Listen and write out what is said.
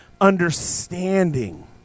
understanding